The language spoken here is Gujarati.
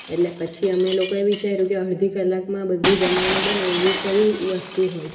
એટલે પછી અમે લોકોએ વિચાર્યું કે અડધી કલાકમાં બધું જમવાનું બને એવું કયું વસ્તુ હોય